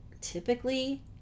Typically